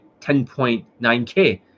10.9k